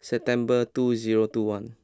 September two zero two one